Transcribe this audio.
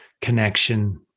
connection